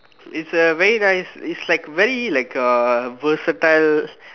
its a very nice it's like very like a versatile